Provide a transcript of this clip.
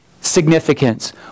significance